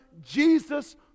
Jesus